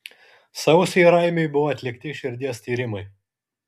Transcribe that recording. sausį raimiui buvo atlikti širdies tyrimai